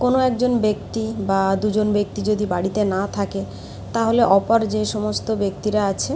কোনো একজন ব্যক্তি বা দুজন ব্যক্তি যদি বাড়িতে না থাকে তাহলে অপর যে সমস্ত ব্যক্তিরা আছে